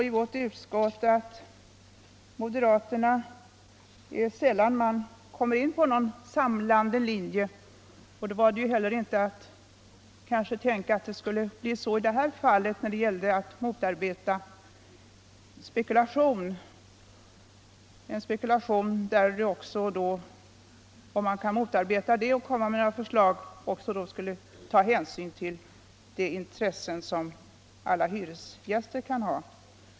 I vårt utskott ställer moderaterna sällan upp på en gemensam linje med andra partier, varför det kanske är svårt att tänka sig att det kan bli så i just det här fallet när det gäller att motarbeta spekulation i hyresfastigheter, varvid man i så fall skulle ta hänsyn till de intressen som alla hyresgäster kan ha.